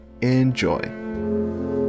Enjoy